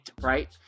right